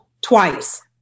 Twice